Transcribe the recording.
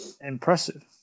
Impressive